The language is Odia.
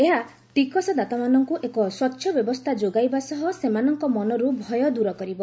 ଏହା ଟିକସ ଦାତାମାନଙ୍କୁ ଏକ ସ୍ପଚ୍ଛ ବ୍ୟବସ୍ଥା ଯୋଗାଇବା ସହ ସେମାନଙ୍କ ମନରୁ ଭୟ ଦୂର କରିବ